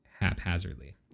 haphazardly